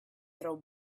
throw